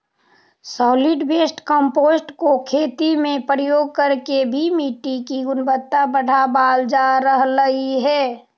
solid waste compost को खेती में प्रयोग करके भी मिट्टी की गुणवत्ता बढ़ावाल जा रहलइ हे